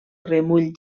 remull